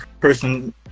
person